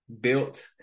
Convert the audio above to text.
built